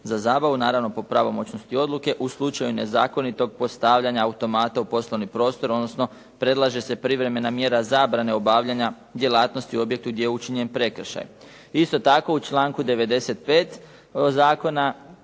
za zabavu, naravno po pravomoćnosti odluke u slučaju nezakonitog postavljanja automata u poslovni prostor odnosno predlaže se privremena mjera zabrane obavljanja djelatnosti objektu gdje je učinjen prekršaj. Isto tako, u članku 95. zakona